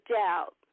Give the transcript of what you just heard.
doubt